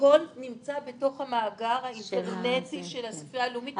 הכול נמצא בתוך המאגר האינטרנטי של הספרייה הלאומית,